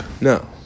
No